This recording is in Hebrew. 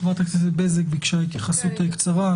חברת הכנסת ענבר בזק ביקשה התייחסות קצרה,